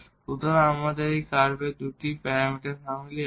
সুতরাং আমাদের কার্ভের এই দুটি প্যারামিটার ফ্যামিলি আছে